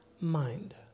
mind